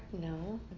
No